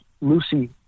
Lucy